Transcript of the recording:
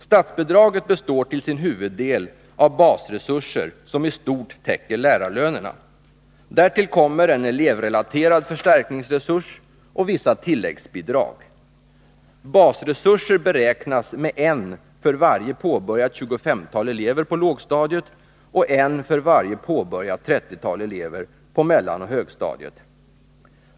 Statsbidraget består till sin huvuddel av basresurser som i stort täcker lärarlönerna. Därtill kommer en elevrelaterad förstärkningsresurs och vissa tilläggsbidrag. Basresurser beräknas med en för varje påbörjat tjugofemtal elever på lågstadiet och en för varje påbörjat trettiotal elever på mellanoch högstadiet.